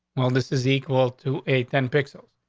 well, this is equal to a ten pixels.